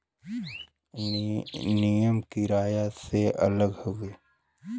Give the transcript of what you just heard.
नियम किराया से अलग हउवे